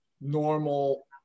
normal